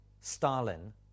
stalin